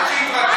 אבל אחרי שנה,